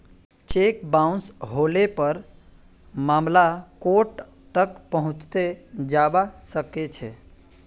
cheque bounce हले पर मामला कोर्ट तक पहुंचे जबा सकछे